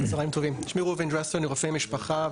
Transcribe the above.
אני רופא משפחה,